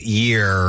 year